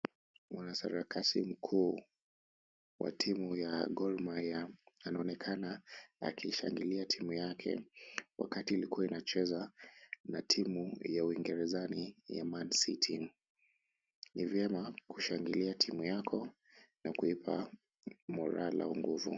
Mwanasarakasi mkuu wa timu ya Gormahia anaonekana akishangilia timu yake wakati ilikuwa unacheza na timu ya Uingereza ya Man city . Ni veyema kushangilia timu yako na kuipa [c]morale[c] au nguvu.